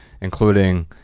including